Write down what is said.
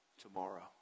Tomorrow